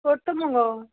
करता मुगो